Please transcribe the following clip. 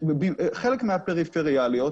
חלק מהפריפריאליות,